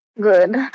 Good